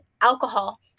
alcohol